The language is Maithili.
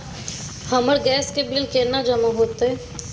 हमर गैस के बिल केना जमा होते?